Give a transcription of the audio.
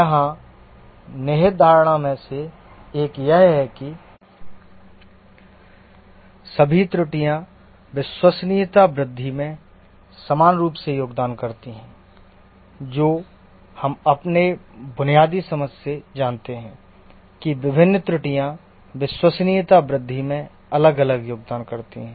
यहां निहित धारणा मैं से एक यह है कि सभी त्रुटियां विश्वसनीयता वृद्धि में समान रूप से योगदान करती हैं जो हम अपने बुनियादी समझ से जानते हैं कि विभिन्न त्रुटियां विश्वसनीयता वृद्धि में अलग अलग योगदान देती हैं